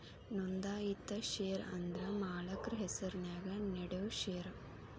ನೋಂದಾಯಿತ ಷೇರ ಅಂದ್ರ ಮಾಲಕ್ರ ಹೆಸರ್ನ್ಯಾಗ ನೇಡೋ ಷೇರ